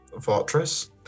fortress